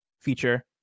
feature